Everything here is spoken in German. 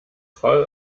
voll